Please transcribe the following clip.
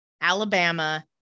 Alabama